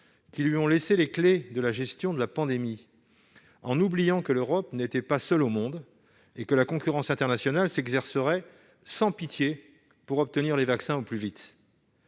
qui ont laissé à l'Europe les clés de la gestion de la pandémie, oubliant que l'Union n'était pas seule au monde et que la concurrence internationale s'exercerait sans pitié pour obtenir les vaccins au plus vite.